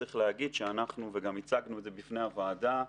צריך להגיד, וגם הצגנו את זה בפני הוועדה,